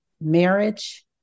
marriage